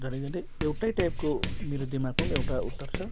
झन्डै झन्डै एउटै टाइपको मेरो दिमागमा पनि एउटा उत्तर छ